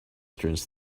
strange